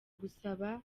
gusaba